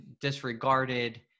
disregarded